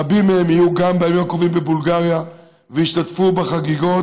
רבים מהם יהיו בימים הקרובים בבולגריה וישתתפו בחגיגות,